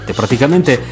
praticamente